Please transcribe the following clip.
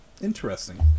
Interesting